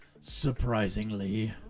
surprisingly